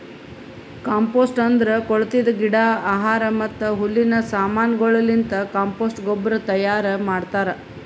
compost ಅಂದುರ್ ಕೊಳತಿದ್ ಗಿಡ, ಆಹಾರ ಮತ್ತ ಹುಲ್ಲಿನ ಸಮಾನಗೊಳಲಿಂತ್ ಕಾಂಪೋಸ್ಟ್ ಗೊಬ್ಬರ ತೈಯಾರ್ ಮಾಡ್ತಾರ್